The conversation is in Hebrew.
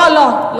לא, לא.